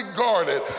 guarded